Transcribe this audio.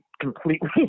completely